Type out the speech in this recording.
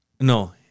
No